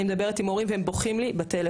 אני מדברת עם ההורים והם בוכים לי בטלפון,